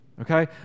okay